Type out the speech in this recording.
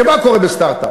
כי מה קורה בסטרט-אפ?